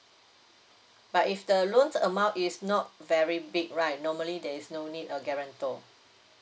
but if the loan amount is not very big right normally there is no need a guarantor